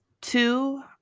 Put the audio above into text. Two